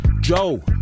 Joe